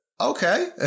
Okay